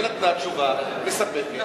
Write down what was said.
היא נתנה תשובה מספקת,